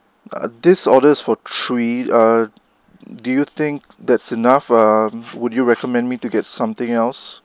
uh these orders for three uh do you think that's enough or would you recommend me to get something else